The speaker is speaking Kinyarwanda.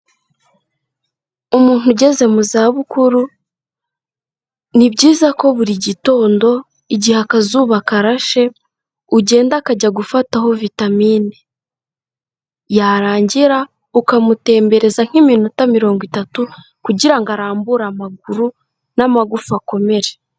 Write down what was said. Umuntu ugeze mu zabukuru, ni byiza ko buri gitondo, igihe akazuba karashe ugenda akajya gufataho vitamine. Yarangira ukamutembereza nk'iminota mirongo itatu kugira ngo arambure amaguru, n'amagufa akomere.